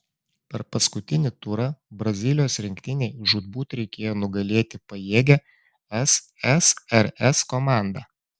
per paskutinį turą brazilijos rinktinei žūtbūt reikėjo nugalėti pajėgią ssrs komandą